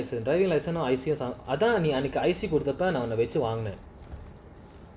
driving licence driving licence not I say அதன்அன்னைக்கு:adhan annaiku I_C கொடுத்தப்பநான்உன்னவச்சிவாங்குனேன்:koduthapa nan unna vachi vangunen